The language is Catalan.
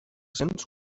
cents